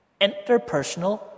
Interpersonal